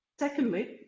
secondly,